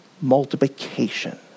multiplication